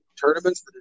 tournaments